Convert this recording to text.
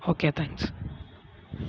okay thanks